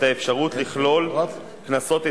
לעתים משתמשות חלק מהחברות במכבסת